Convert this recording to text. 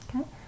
okay